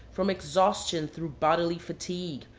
from exhaustion through bodily fatigue,